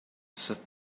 set